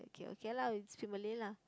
okay okay lah we speak Malay lah